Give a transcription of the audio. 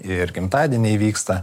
ir gimtadieniai vyksta